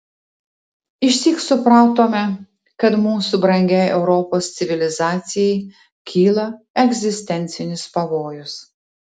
išsyk supratome kad mūsų brangiai europos civilizacijai kyla egzistencinis pavojus